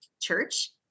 church